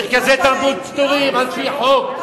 מרכזי תרבות פטורים על-פי חוק.